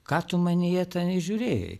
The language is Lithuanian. ką tu manyje ten įžiūrėjai